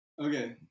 okay